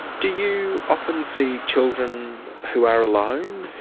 do you often see children who are alone,